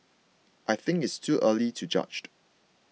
I think it's too early to judged